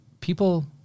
People